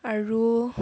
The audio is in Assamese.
আৰু